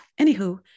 anywho